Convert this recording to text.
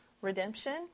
Redemption